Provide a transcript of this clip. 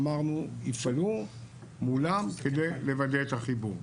אמרנו, יפעלו מולם כדי לוודא את החיבור.